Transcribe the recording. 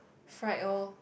fried orh